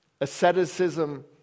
asceticism